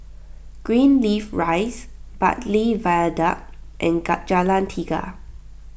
Greenleaf Rise Bartley Viaduct and Jalan Tiga